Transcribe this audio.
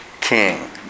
king